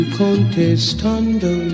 contestando